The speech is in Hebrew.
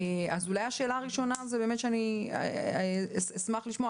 אז אולי השאלה הראשונה זה באמת שאני אשמח לשמוע,